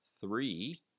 three